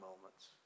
moments